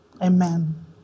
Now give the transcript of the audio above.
Amen